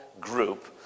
group